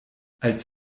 als